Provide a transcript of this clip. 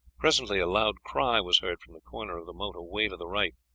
presently a loud cry was heard from the corner of the moat away to the right.